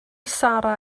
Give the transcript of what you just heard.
sarra